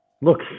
look